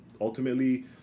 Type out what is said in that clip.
ultimately